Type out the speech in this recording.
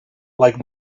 like